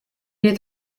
est